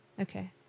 Okay